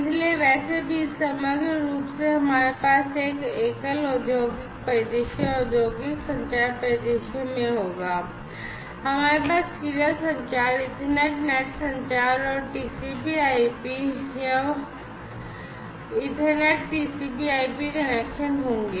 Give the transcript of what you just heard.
इसलिए वैसे भी समग्र रूप से हमारे पास एक एकल औद्योगिक परिदृश्य औद्योगिक संचार परिदृश्य में होगा हमारे पास सीरियल संचार ईथरनेट नेट संचार और TCPIP या बल्कि ईथरनेट TCPIP कनेक्शन होंगे